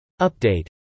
Update